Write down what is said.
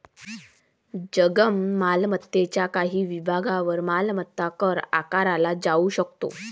जंगम मालमत्तेच्या काही विभागांवर मालमत्ता कर आकारला जाऊ शकतो